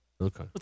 Okay